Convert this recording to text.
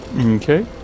Okay